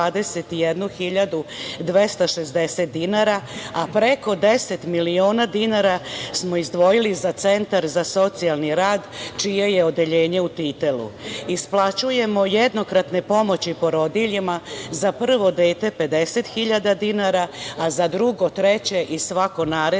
260 dinara, a preko deset miliona dinara smo izdvojili za centar za socijalni rad čije je odeljenje u Titelu. Isplaćujemo jednokratne pomoći porodiljama za prvo dete 50 hiljada dinara, a za drugo, treće i svako naredno